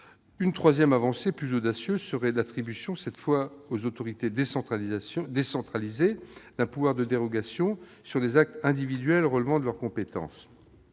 Une troisième avancée, plus audacieuse, serait d'attribuer, cette fois aux autorités décentralisées, un pouvoir de dérogation sur les actes individuels relevant de leurs compétences.